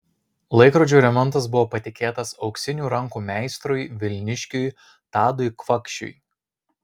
laikrodžio remontas buvo patikėtas auksinių rankų meistrui vilniškiui tadui kvakšiui